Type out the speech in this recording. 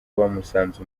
bamusanze